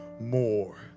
more